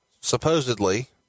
supposedly